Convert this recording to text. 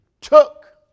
took